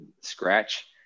scratch